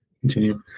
continue